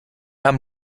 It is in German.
haben